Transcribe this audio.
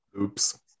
Oops